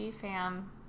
fam